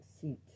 seat